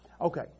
Okay